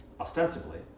Ostensibly